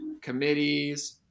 committees